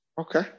Okay